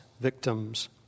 victims